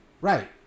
Right